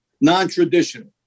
Non-traditional